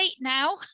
now